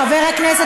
חיליק,